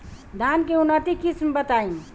धान के उन्नत किस्म बताई?